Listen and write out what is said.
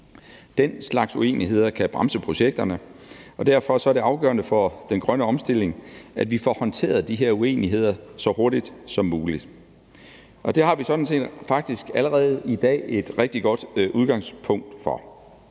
Den slags uenigheder kan bremse projekterne, og derfor er det afgørende for den grønne omstilling, at vi får håndteret de her uenigheder så hurtigt som muligt. Det har vi sådan set allerede i dag et rigtig godt udgangspunkt for.